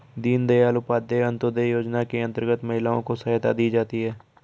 दीनदयाल उपाध्याय अंतोदय योजना के अंतर्गत महिलाओं को सहायता दी जाती है